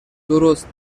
درست